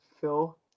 Phil